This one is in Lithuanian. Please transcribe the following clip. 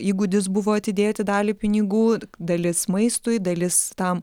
įgūdis buvo atidėti dalį pinigų dalis maistui dalis tam